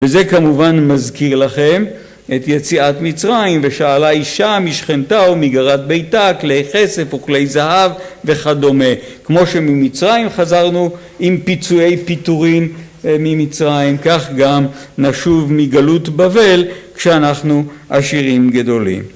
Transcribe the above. וזה כמובן מזכיר לכם את יציאת מצרים ושאלה אישה משכנתה או מגרת ביתה כלי כסף או כלי זהב וכדומה כמו שממצרים חזרנו עם פיצויי פיטורים ממצרים כך גם נשוב מגלות בבל כשאנחנו עשירים גדולים